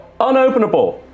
unopenable